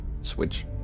switch